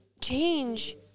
change